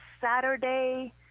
Saturday